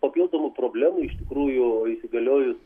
papildomų problemų iš tikrųjų įsigaliojus